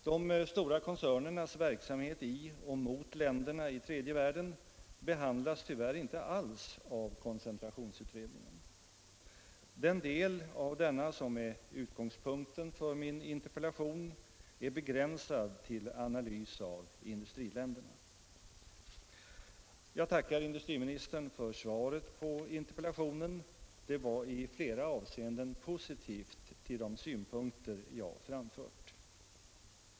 De stora koncernernas verksamhet i och mot länderna i tredje världen behandlas tyvärr inte alls av koncentrationsutredningen. Den del av denna som är utgångspunkten för min interpellation är begränsad till analys av industriländerna. Jag tackar industriministern för svaret på interpellationen. Det var i flera avseenden positivt till de synpunkter jag framfört.